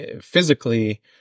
physically